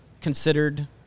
considered